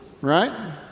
right